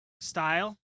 style